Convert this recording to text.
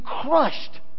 crushed